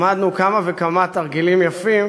למדנו כמה וכמה תרגילים יפים,